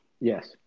Yes